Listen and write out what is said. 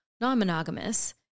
non-monogamous